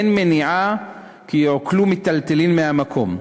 אין מניעה כי יעוקלו מיטלטלין מהמקום.